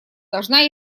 должна